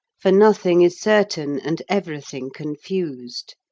for nothing is certain and everything confused.